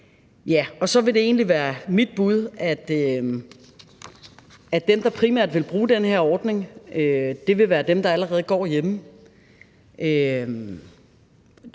så vil det egentlig være mit bud, at dem, der primært vil bruge den her ordning, vil være dem, der allerede går hjemme.